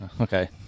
Okay